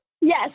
Yes